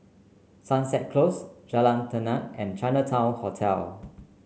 Sunset Close Jalan Tenang and Chinatown Hotel